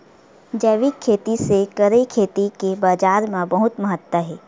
जैविक रूप से करे खेती के बाजार मा बहुत महत्ता हे